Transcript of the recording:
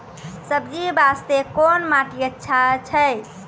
सब्जी बास्ते कोन माटी अचछा छै?